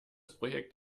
projekt